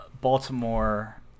Baltimore